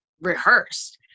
rehearsed